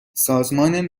سازمان